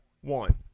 One